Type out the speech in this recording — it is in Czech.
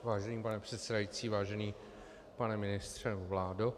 Vážený pane předsedající, vážený pane ministře, vládo.